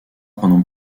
pendant